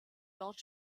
dort